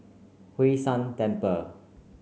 Hwee San Temple